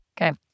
Okay